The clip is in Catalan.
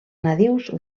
nadius